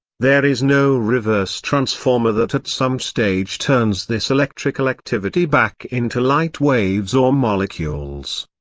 there is no reverse transformer that at some stage turns this electrical activity back into light waves or molecules.